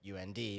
UND